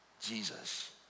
Jesus